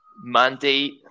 mandate